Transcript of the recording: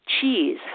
cheese